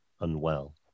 unwell